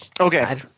Okay